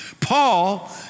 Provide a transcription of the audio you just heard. Paul